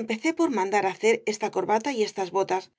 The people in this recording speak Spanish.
empecé por mandar hacer esta corbata y estas botas